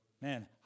man